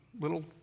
little